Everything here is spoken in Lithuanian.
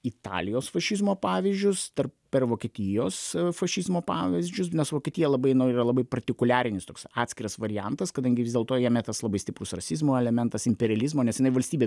italijos fašizmo pavyzdžius tarp per vokietijos fašizmo pavyzdžius nes vokietija labai nu yra labai partikuliarinis toks atskiras variantas kadangi vis dėlto jame tas labai stiprus rasizmo elementas imperializmo nes jinai valstybė